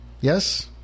Yes